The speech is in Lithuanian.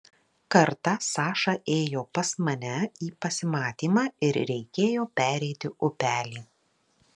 kartą saša ėjo pas mane į pasimatymą ir reikėjo pereiti upelį